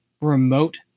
remote